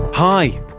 Hi